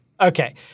Okay